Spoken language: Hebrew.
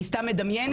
היא סתם מדמיינת,